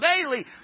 daily